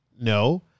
No